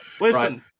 Listen